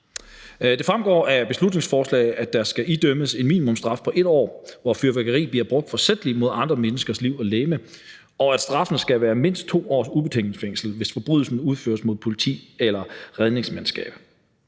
Det fremgår af beslutningsforslaget, at der skal idømmes en minimumsstraf på 1 år, hvor fyrværkeri bliver brugt forsætligt mod andre menneskers liv og legeme, og at straffen skal være mindst 2 års ubetinget fængsel, hvis forbrydelsen udføres mod politi eller redningsmandskab.